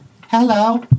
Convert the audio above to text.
Hello